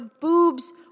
boobs